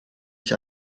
ich